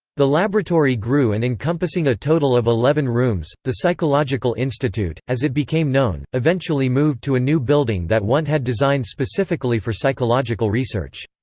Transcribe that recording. the laboratory grew and encompassing a total of eleven rooms, the psychological institute, as it became known, eventually moved to a new building that wundt had designed specifically for psychological research.